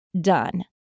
done